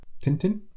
Tintin